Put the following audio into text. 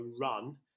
run